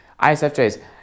ISFJs